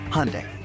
Hyundai